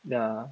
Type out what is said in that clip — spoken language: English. ya